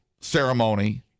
ceremony